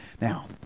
Now